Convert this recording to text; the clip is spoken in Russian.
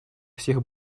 всех